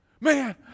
man